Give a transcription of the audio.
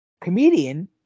comedian